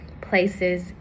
places